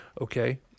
Okay